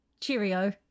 Cheerio